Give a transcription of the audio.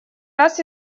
раз